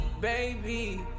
baby